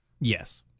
Yes